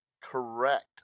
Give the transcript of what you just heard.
Correct